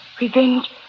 revenge